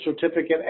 certificate